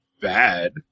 bad